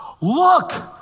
Look